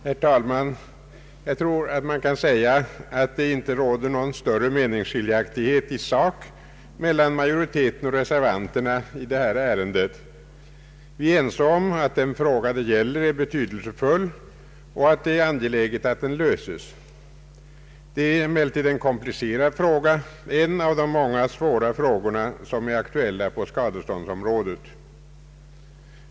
Herr talman! Jag tror att man kan säga att det inte råder någon större meningsskiljaktighet i sak mellan majoriteten och reservanterna i detta ärende. Vi är ense om att den fråga det gäller är betydelsefull och att det är angeläget att den löses. Det är emellertid en komplicerad fråga, en av de många svåra frågor som är aktuella på skadeståndsområdet.